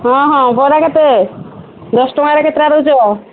ହଁ ହଁ ବରା କେତେ ଦଶ ଟଙ୍କାରେ କେତେଟା ଦେଉଛ